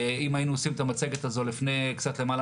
אם היינו עושים את המצגת הזו לפני קצת למעלה